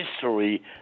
history